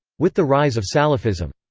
with the rise of salafism.